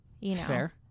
Fair